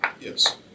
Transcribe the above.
Yes